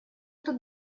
тут